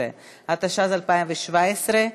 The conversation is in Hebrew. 15),